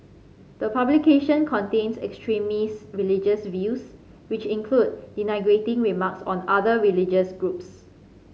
the publications contain extremist religious views which include denigrating remarks on other religious groups